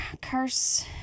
Curse